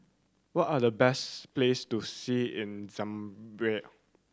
what are the best place to see in Zambia